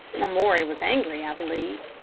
lamoury was angry, i believe.